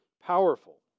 powerful